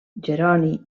jeroni